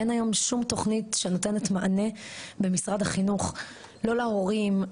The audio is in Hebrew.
אין היום שום תוכנית שנותנת מענה במשרד החינוך לא להורים,